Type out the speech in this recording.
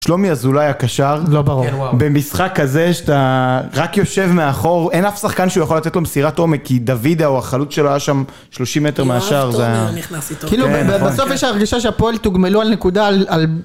שלומי אזולאי הקשר, במשחק כזה שאתה רק יושב מאחור, אין אף שחקן שיכול לתת לו מסירת עומק, כי דוידא או החלו, שלו היה שם שלושים מטר מהשער. כאילו בסוף יש הרגשה שהפועל תוגמלו על נקודה.